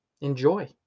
Enjoy